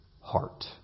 heart